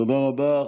תודה רבה.